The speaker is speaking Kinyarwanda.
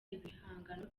ibihangano